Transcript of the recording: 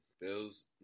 Bills